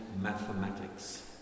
mathematics